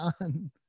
on